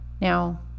Now